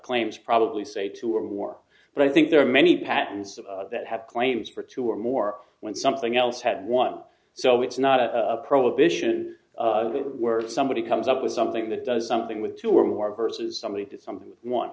claims probably say two or more but i think there are many patents that have claims for two or more when something else had one so it's not a prohibition of it where somebody comes up with something that does something with two or more verses somebody did something with one